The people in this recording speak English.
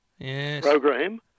program